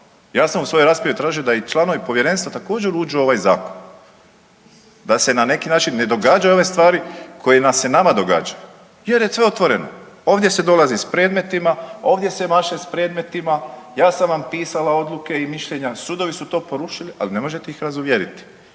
Ja sam u svojoj raspravi tražio da i članovi povjerenstva također uđu u ovaj zakon, da se na neki način ne događaju ove stvari koje se nama događaju jer je sve otvoreno. Ovdje se dolazi s predmetima, ovdje se maše s predmetima, ja sam vam pisala odluke i mišljenja, sudovi su to porušili, ali ne možete ih razuvjeriti